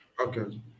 Okay